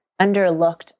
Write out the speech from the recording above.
underlooked